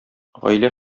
гаилә